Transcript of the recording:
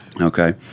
Okay